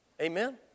Amen